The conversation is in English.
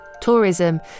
Tourism